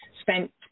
spent